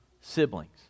siblings